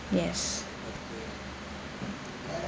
yes